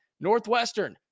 Northwestern